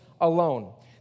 alone